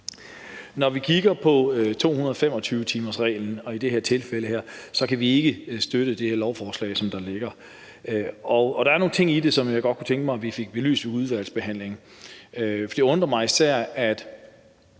Når vi kigger på 225-timersreglen, som det handler om i det her tilfælde, kan vi ikke støtte det her forslag, som der ligger her, og der er nogle ting i det, som jeg godt kunne tænke mig at vi fik belyst i udvalgsbehandlingen. Det undrer mig især, at